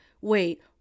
wait